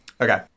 Okay